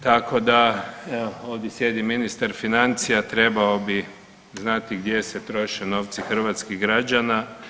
Tako da ovdje sjedi ministar financija trebao bi znati gdje se troše novci hrvatskih građana.